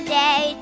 day